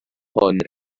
hwn